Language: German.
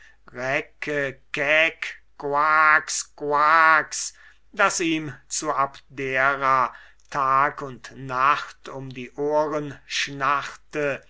koax das ihm zu abdera bei nacht und tag um die ohren schnarrte